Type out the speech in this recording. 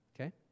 Okay